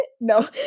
no